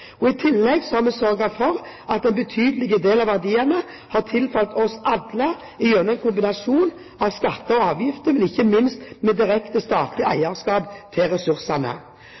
I tillegg har vi sørget for at en betydelig del av verdiene har tilfalt oss alle gjennom en kombinasjon av skatter og avgifter – men ikke minst med direkte statlig eierskap til ressursene.